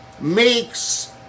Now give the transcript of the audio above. makes